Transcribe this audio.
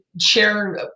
share